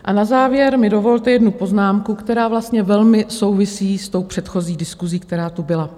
A na závěr mi dovolte jednu poznámku, která vlastně velmi souvisí s tou předchozí diskusí, která tu byla.